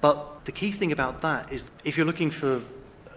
but the key thing about that is if you're looking for